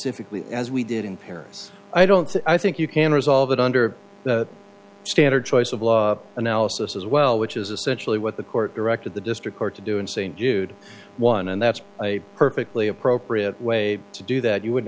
specifically as we did in paris i don't i think you can resolve it under the standard choice of law analysis as well which is essentially what the court directed the district court to do in st jude one and that's a perfectly appropriate way to do that you would